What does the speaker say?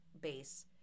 base